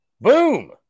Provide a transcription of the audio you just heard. boom